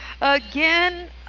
Again